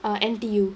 uh N_T_U